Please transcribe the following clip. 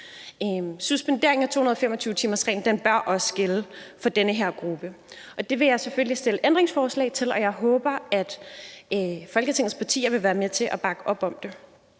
Suspenderingen af 225-timersreglen bør også gælde for den her gruppe, og det vil jeg selvfølgelig stille ændringsforslag til, og jeg håber, at Folketingets partier vil være med til at bakke op om det.